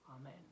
Amen